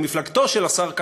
למפלגתו של השר כחלון,